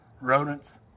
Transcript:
rodents